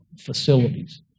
facilities